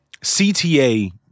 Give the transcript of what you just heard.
CTA